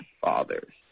fathers